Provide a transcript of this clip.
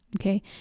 okay